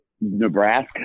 Nebraska